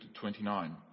29